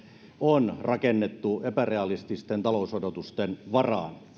on rakennettu epärealististen talousodotusten varaan